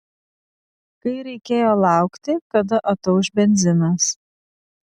kai reikėjo laukti kada atauš benzinas